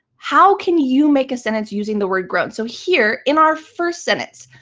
how can you make a sentence using the word grown? so here in our first sentence,